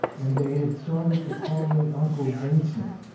and they had started to call me uncle vincent,